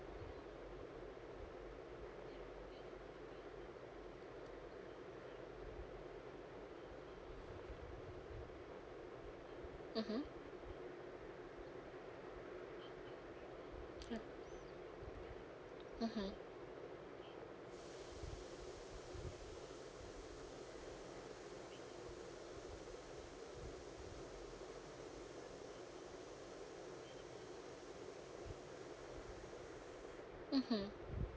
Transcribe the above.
mmhmm ya mmhmm mmhmm